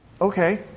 Okay